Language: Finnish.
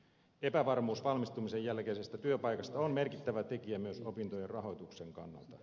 epävarmuus valmistumisen jälkeisestä työpaikasta on merkittävä tekijä myös opintojen rahoituksen kannalta